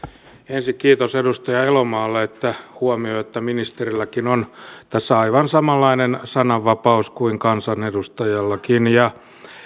ensin kiitos edustaja elomaalle että huomioitte että ministerilläkin on tässä aivan samanlainen sananvapaus kuin kansanedustajalla ja